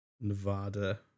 nevada